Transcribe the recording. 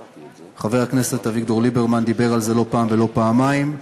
חבר הכנסת אביגדור ליברמן דיבר על זה לא פעם ולא פעמיים,